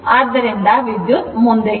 ಆದ್ದರಿಂದ ವಿದ್ಯುತ್ ಮುಂದೆ ಇದೆ